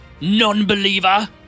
Non-believer